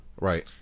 Right